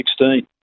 2016